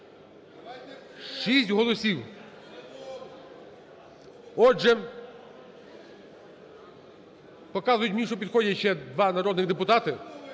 6 голосів. Отже… Показують мені, що підходять ще два народних депутати.